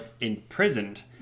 imprisoned